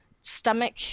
stomach